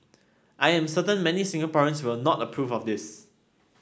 I am certain many Singaporeans will not approve of this